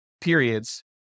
periods